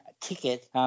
ticket